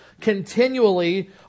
continually